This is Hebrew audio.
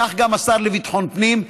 וכך גם השר לביטחון פנים,